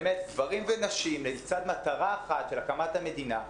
גברים ונשים, לצורך מטרה אחת של הקמת המדינה.